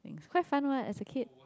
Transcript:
quite fun what as a kid